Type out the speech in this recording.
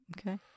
Okay